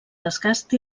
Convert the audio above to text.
desgast